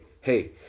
Hey